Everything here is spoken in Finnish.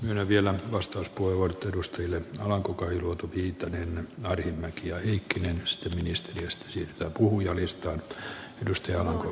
menee vielä vastaus puolue edustajille on kokeiltu kiittelemme vahvimmat jäykkinä osteta niistä vastasi puhujalistan edustajaa